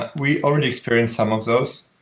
ah we already experienced some of those.